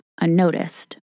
unnoticed